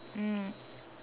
mm